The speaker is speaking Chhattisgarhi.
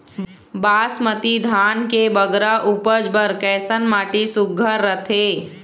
बासमती धान के बगरा उपज बर कैसन माटी सुघ्घर रथे?